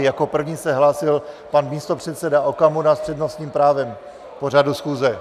Jako první se hlásil pan místopředseda Okamura s přednostním právem k pořadu schůze.